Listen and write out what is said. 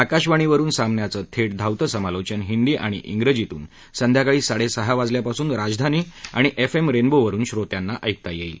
आकाशवाणीवरुन सामन्याचं थेट धावतं समालोचन हिंदी आणि इंग्रजीतून संध्याकाळी साडेसहा वाजल्यापासून राजधानी आणि एफएम रेनबोवरुन श्रोत्यांना ऐकता येईल